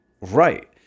Right